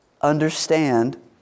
understand